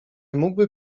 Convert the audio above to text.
mógłby